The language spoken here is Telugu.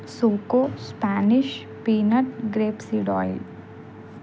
సుంకో Spanish peanut grape seed oil